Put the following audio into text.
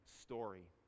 story